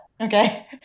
Okay